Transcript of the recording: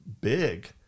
big